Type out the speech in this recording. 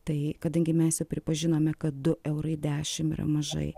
tai kadangi mes jau pripažinome kad du eurai dešim yra mažai